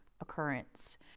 occurrence